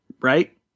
right